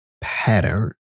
pattern